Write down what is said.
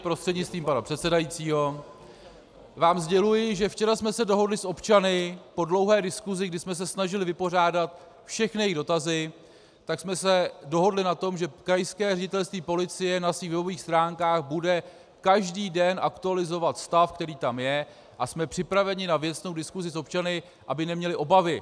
Prostřednictvím pana předsedajícího vám sděluji, že včera jsme se dohodli s občany po dlouhé diskusi, kdy jsme se snažili vypořádat všechny jejich dotazy, tak jsme se dohodli na tom, že krajské ředitelství policie na svých webových stránkách bude každý den aktualizovat stav, který tam je, a jsme připraveni na věcnou diskusi s občany, aby neměli obavy.